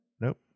Nope